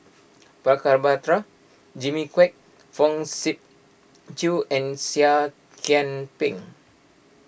Prabhakara Jimmy Quek Fong Sip Chee and Seah Kian Peng